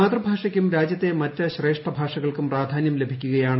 മാതൃഭാഷയ്ക്കും രാജ്യത്തെ മറ്റ് ശ്രേഷ്ഠഭാഷകൾക്കും പ്രാധാന്യം ലഭിക്കുകയാണ്